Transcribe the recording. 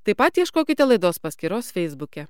taip pat ieškokite laidos paskyros feisbuke